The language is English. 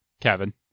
Kevin